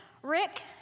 rick